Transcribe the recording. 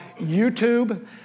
YouTube